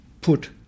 put